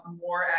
more